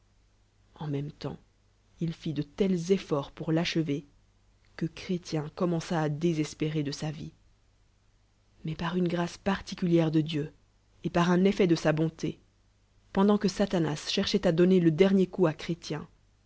l'a même temps il fit de tels efforts pour l'achever que chrétien comml'd a à désespérer de sa vie mais par umme grâce particnlière de dieu et par un dlel de sa bonlé j pendant que satanas cherchoit à donner le dcrnier coup